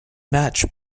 match